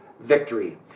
victory